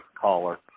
caller